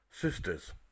sisters